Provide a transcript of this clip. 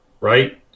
right